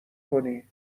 کنی